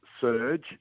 surge